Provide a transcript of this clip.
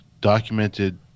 documented